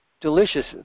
delicious